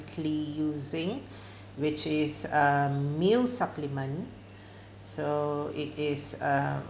~ly using which is um meal supplement so it is a